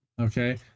Okay